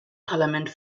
parlament